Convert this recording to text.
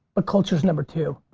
but culture is number two.